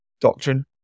doctrine